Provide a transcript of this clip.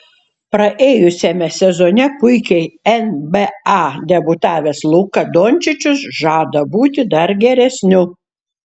praėjusiame sezone puikiai nba debiutavęs luka dončičius žada būti dar geresniu